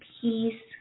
peace